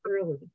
early